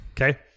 Okay